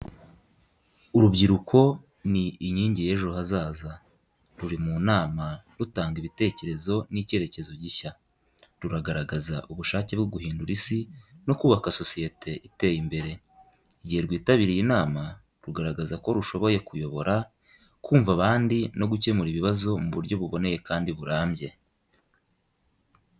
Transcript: Urubyiruko ni inkingi y’ejo hazaza, ruri mu nama rutanga ibitekerezo n’icyerekezo gishya. Ruragaragaza ubushake bwo guhindura isi no kubaka sosiyete iteye imbere. Igihe rwitabiriye inama, rugaragaza ko rushoboye kuyobora, kumva abandi no gukemura ibibazo mu buryo buboneye kandi burambye.